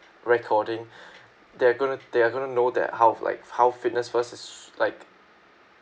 recording they're gonna they are going to know that how like how Fitness First is like